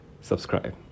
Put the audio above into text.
subscribe